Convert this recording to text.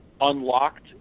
unlocked